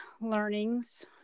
learnings